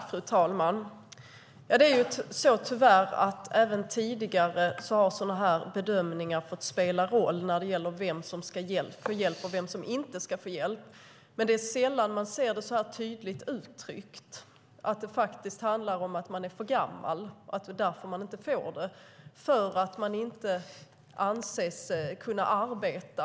Fru talman! Ja, tyvärr har sådana här bedömningar även tidigare fått spela roll när det gäller vem som ska få hjälp och vem som inte ska få hjälp. Men det är sällan man ser det så här tydligt uttryckt, att det faktiskt handlar om att de är för gamla. Det är därför de inte får det. De anses inte kunna arbeta.